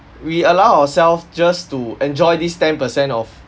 we allow ourself just to enjoy this ten per cent of